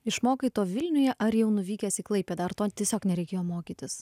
išmokai to vilniuje ar jau nuvykęs į klaipėdą ar to tiesiog nereikėjo mokytis